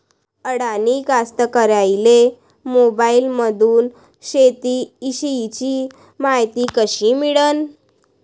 अडानी कास्तकाराइले मोबाईलमंदून शेती इषयीची मायती कशी मिळन?